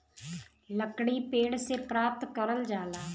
लकड़ी पेड़ से प्राप्त करल जाला